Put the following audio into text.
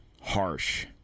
harsh